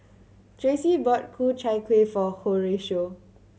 Tracey bought Ku Chai Kueh for Horatio